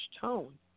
tone